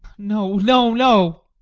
no, no, no